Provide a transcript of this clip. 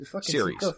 series